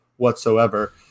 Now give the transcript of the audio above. whatsoever